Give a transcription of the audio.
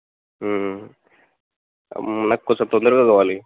నాకు కొంచెం తొందరగా కావాలి